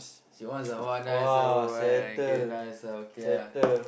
ones are !wah! nice ah bro yeah okay nice ah okay ah